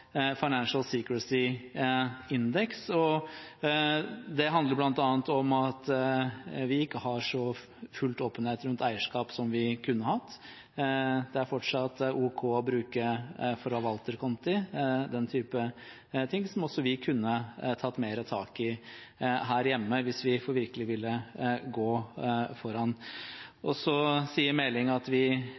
Financial Secrecy Index. Det handler bl.a. om at vi ikke har så stor åpenhet rundt eierskap som vi kunne hatt. Det er fortsatt OK å bruke forvalterkonti og den type ting, som vi kunne tatt mer tak i her hjemme hvis vi virkelig ville gå foran. Så sier Meling at vi